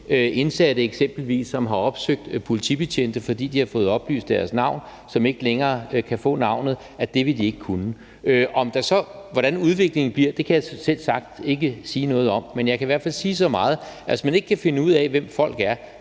indsatte, som har opsøgt politibetjente, fordi de har fået oplyst deres navn, og som ikke længere kan få navnet, garantere, at det vil de ikke kunne. Hvordan udviklingen så bliver, kan jeg selvsagt ikke sige noget om, men jeg kan i hvert fald sige så meget, at det, hvis man ikke kan finde ud af, hvem folk er,